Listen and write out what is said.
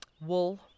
wool